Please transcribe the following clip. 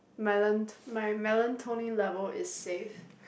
melon my melatonin level is safe